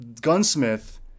gunsmith